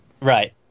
Right